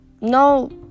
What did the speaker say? No